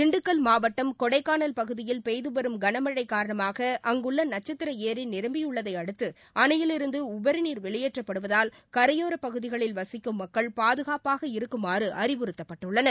திண்டுக்கல் மாவட்டம் கொடைக்கானல் பகுதியில் பெய்து வரும் கனமழை காரணமாக அங்குள்ள நட்சத்திர ஏரி நிரம்பியுள்ளதை அடுத்து அணையிலிருந்து உபரிநீர் வெளியேற்றப்படுவதால் கரையோரப் பகுதிகளில் வசிக்கும் மக்கள் பாதுகாப்பாக இருக்குமாறு அறிவுறுத்தப்பட்டுள்ளனர்